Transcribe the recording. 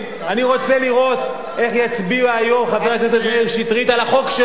אני רוצה לראות איך יצביע היום חבר הכנסת מאיר שטרית על החוק שלו,